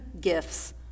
gifts